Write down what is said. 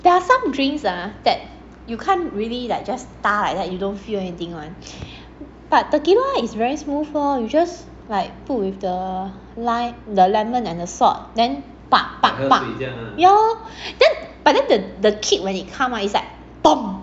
there are some drinks ah that you can't really like just like you don't feel anything [one] but tequila is very smooth lor you just like put with the lime the lemon and the salt then ya lor but then the the kick when it come right is like